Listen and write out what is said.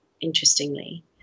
interestingly